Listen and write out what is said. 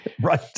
Right